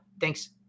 Thanks